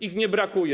Ich nie brakuje.